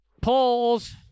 polls